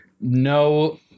no